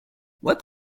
what